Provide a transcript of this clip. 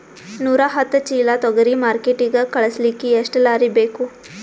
ನೂರಾಹತ್ತ ಚೀಲಾ ತೊಗರಿ ಮಾರ್ಕಿಟಿಗ ಕಳಸಲಿಕ್ಕಿ ಎಷ್ಟ ಲಾರಿ ಬೇಕು?